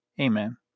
Amen